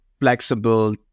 flexible